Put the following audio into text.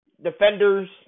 Defenders